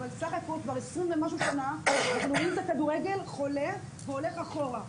אבל סך הכול כבר 20 ומשהו שנה אנחנו רואים את הכדורגל חולה והולך אחורה.